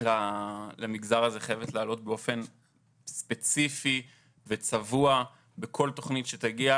למגזר הזה חייבת להעלות באופן ספציפי וצבוע בכל תוכנית שתגיע,